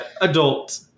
adult